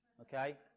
okay